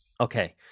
Okay